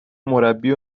مربی